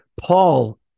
Paul